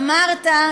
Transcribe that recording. אמרת,